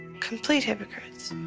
complete hypocrites.